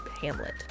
hamlet